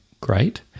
great